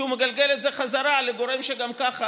כי הוא מגלגל את זה חזרה לגורם שגם ככה